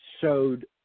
showed